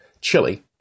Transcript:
chili